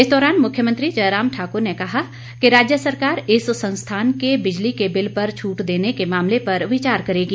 इस दौरान मुख्यमंत्री जयराम ठाकुर ने कहा कि राज्य सरकार इस संस्थान के बिजली के बिल पर छूट देने के मामले पर विचार करेगी